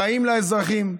רעים לאזרחים.